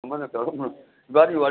ꯑꯃꯅ ꯇꯧꯔꯥ ꯑꯃꯅ ꯏꯕꯥꯅꯤ